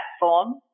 platform